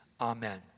Amen